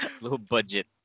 Low-budget